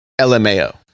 LMAO